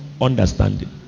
understanding